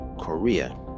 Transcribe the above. Korea